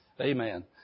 Amen